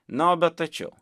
na o bet tačiau